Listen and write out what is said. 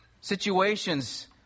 situations